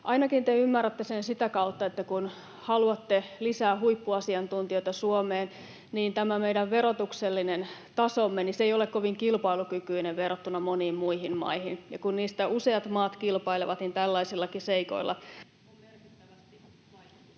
Ainakin te ymmärrätte sen sitä kautta, että kun haluatte lisää huippuasiantuntijoita Suomeen, niin tämä meidän verotuksellinen tasomme ei ole kovin kilpailukykyinen verrattuna moniin muihin maihin. Ja kun niistä useat maat kilpailevat, niin tällaisillakin seikoilla on merkittävästi vaikutusta.